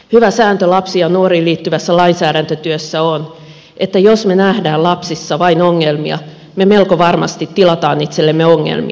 hyvä sääntö lapsiin ja nuoriin liittyvässä lainsäädäntötyössä on että jos me näemme lapsissa vain ongelmia me melko varmasti tilaamme itsellemme ongelmia